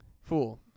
Fool